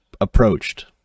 approached